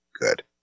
good